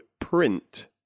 print